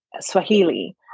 swahili